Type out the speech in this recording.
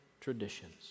traditions